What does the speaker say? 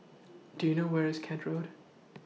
Do YOU know Where IS Kent Road